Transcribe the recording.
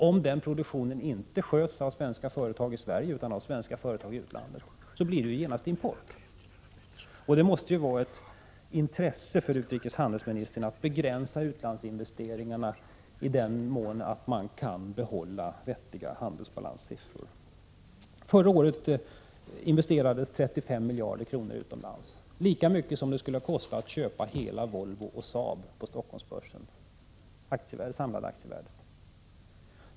Om den inte sköts av svenska företag i Sverige utan av svenska företag i utlandet, blir det genast fråga om import. Det måste ju vara ett intresse för utrikeshandelsministern att begränsa utlandsinvesteringarna i sådan mån att man kan behålla vettiga handelsbalanssiffror. Förra året investerades 35 miljarder kronor utomlands — lika mycket som det skulle kosta att köpa alla aktier i Volvo och Saab på Stockholmsbörsen.